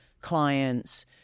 clients